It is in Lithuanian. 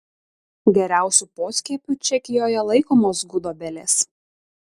geriausiu poskiepiu čekijoje laikomos gudobelės